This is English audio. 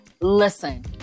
Listen